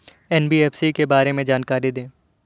NBFC के बारे में जानकारी दें?